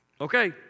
Okay